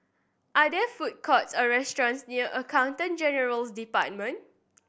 are there food courts or restaurants near Accountant General's Department